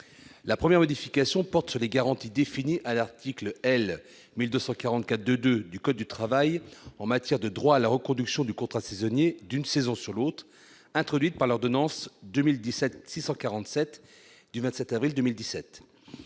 La première modification porte sur les garanties définies à l'article L. 1244-2-2 du code du travail en matière de droit à la reconduction du contrat saisonnier d'une saison sur l'autre qui ont été introduites par l'ordonnance n° 2017-647 du 27 avril 2017.